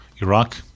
Iraq